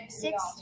six